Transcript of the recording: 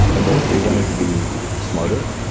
and they they wanted to be smarter.